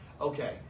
Okay